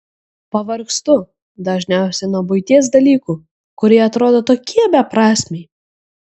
pavargstu dažniausiai nuo buities dalykų kurie atrodo tokie beprasmiai